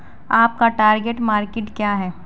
आपका target market क्या है?